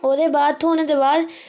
ओह्दे बाद थ्होने दे बाद